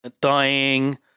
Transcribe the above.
dying